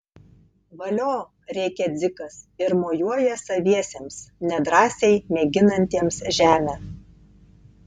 valio rėkia dzikas ir mojuoja saviesiems nedrąsiai mėginantiems žemę